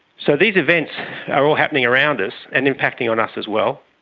so these events are all happening around us and impacting on us as well,